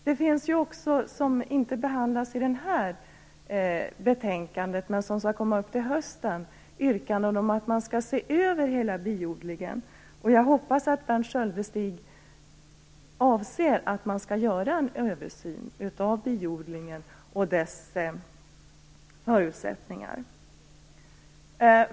Det finns också yrkanden, som inte behandlas i det här betänkandet, men som skall komma upp till hösten, om att man skall se över hela biodlingen. Jag hoppas att Berndt Sköldestig avser att man skall göra en översyn av biodlingen och dess förutsättningar.